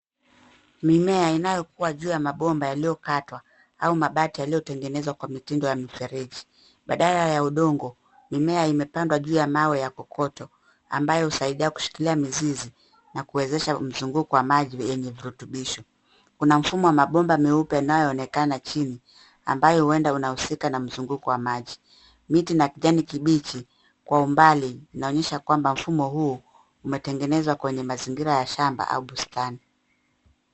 Mimea inayokua juu ya mabomba yaliyokatwa au mabati yaliyotegenezwa kwa mitindo ya mifereji. Badala ya udongo mimea imepandwa juu ya kokoto ambayo husaidia kushikilia mizizi na kuwezesha mzunguko wa maji yenye virutubisho. Kuna mfumo wa mabomba meupe yanayoonekana chini ambayo huenda unahusika na mzunguko wa maji. Miti ya kijani kibichi kwa umbali inaonyesha kwamba mfumo huu umetengenezwa kwenye mazingira ya shamba au bustani.